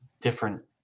different